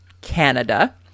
Canada